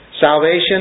salvation